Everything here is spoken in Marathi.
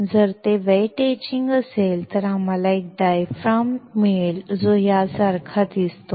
जर ते वेट एचिंग असेल तर आम्हाला एक डायाफ्राम मिळेल जो यासारखा दिसतो